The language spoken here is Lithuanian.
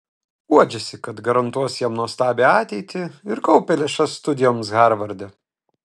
guodžiasi kad garantuos jam nuostabią ateitį ir kaupia lėšas studijoms harvarde